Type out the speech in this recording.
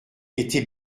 était